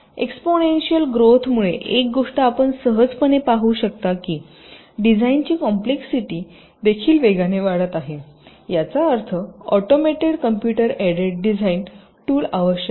exponential ग्रोथमुळे एक गोष्ट आपण सहजपणे पाहू शकता की डिझाइनची कॉम्प्लेक्ससिटी देखील वेगाने वाढत आहे याचा अर्थ automated computer aided design tool आवश्यक आहेत